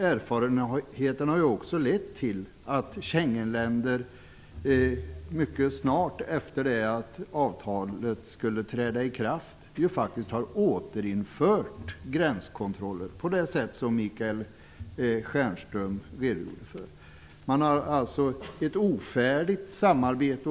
Erfarenheterna har också lett till att Schengenländer mycket snart efter det att avtalet skulle träda i kraft faktiskt har återinfört gränskontroller på det sätt som Michael Stjernström redogjorde för. Å ena sidan har man alltså ett ofullständigt arbete.